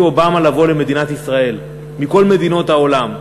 אובמה לבוא למדינת ישראל מכל מדינות העולם,